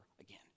again